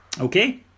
Okay